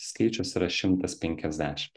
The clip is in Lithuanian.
skaičius yra šimtas penkiasdešim